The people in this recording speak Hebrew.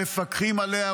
מפקחים עליה,